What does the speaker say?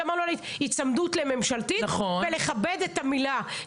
היצמדות לממשלתית ולכבד את המילה.